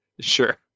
Sure